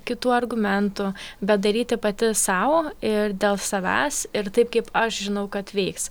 kitų argumentų bet daryti pati sau ir dėl savęs ir taip kaip aš žinau kad veiks